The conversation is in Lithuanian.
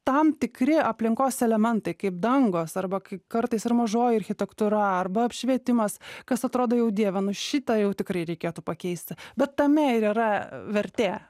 tam tikri aplinkos elementai kaip dangos arba kai kartais ir mažoji architektūra arba apšvietimas kas atrodo jau dieve nu šitą jau tikrai reikėtų pakeisti bet tame ir yra vertė